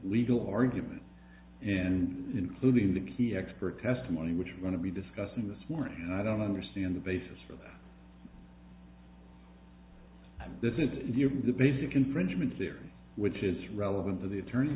legal argument and including the key expert testimony which we're going to be discussing this morning and i don't understand the basis for that and this is the basic infringement there which is relevant to the attorney